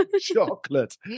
chocolate